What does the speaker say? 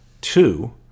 Two